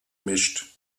mischt